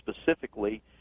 specifically